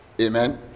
Amen